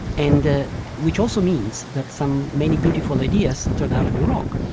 and which also means that some many beautiful ideas turn out to be wrong